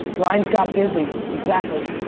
lines got busy. exactly.